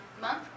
month